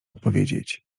odpowiedzieć